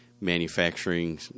manufacturing